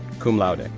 cum laude,